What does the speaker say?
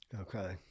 okay